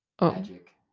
Magic